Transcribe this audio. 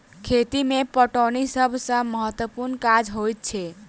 खेती मे पटौनी सभ सॅ महत्त्वपूर्ण काज होइत छै